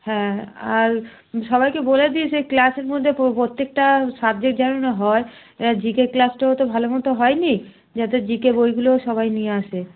হ্যাঁ আর সবাইকে বলে দিস যে ক্লাসের মধ্যে পোত্যেকটা সাবজেক্ট যেন হয় জিকে ক্লাসটাও তো ভালো মতো হয় নি যাতে জিকে বইগুলোও সবাই নিয়ে আসে